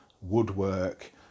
woodwork